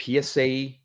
PSA